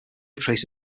trace